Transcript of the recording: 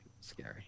scary